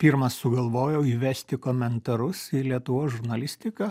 pirmas sugalvojau įvesti komentarus į lietuvos žurnalistiką